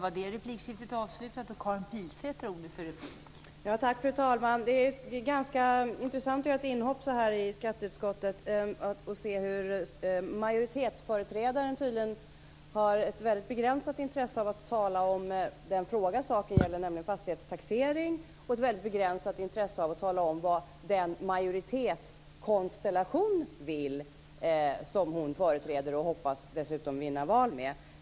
Fru talman! Det är intressant att göra ett inhopp i skatteutskottet. Majoritetsföreträdaren har tydligen ett väldigt begränsat intresse av att tala om den fråga som saken gäller, nämligen fastighetstaxering. Hon har också ett väldigt begränsat intresse av att tala om vad den majoritetskonstellation som hon företräder vill och som hon hoppas att vinna valet med.